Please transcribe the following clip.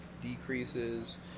decreases